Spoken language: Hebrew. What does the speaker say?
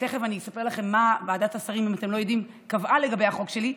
תכף אני אספר לכם מה ועדת השרים קבעה לגבי החוק שלי,